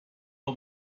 old